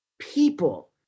people